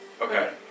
Okay